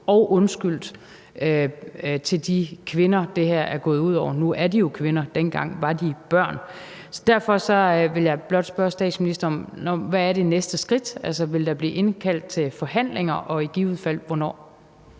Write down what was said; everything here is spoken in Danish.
få undskyldt til de kvinder, som det her er gået ud over. Nu er de jo kvinder, men dengang var de børn. Derfor vil jeg blot spørge statsministeren om, hvad det næste skridt er. Altså, vil der blive indkaldt til forhandlinger, og i givet fald hvornår?